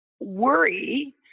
worry